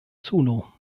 suno